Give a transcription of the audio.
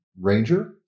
Ranger